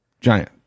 Giant